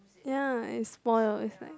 ya it spoils it's like